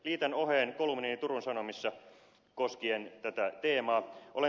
liitän oheen kolumnini turun sanomissa koskien tätä teemaa